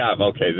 okay